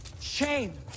Shame